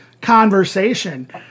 conversation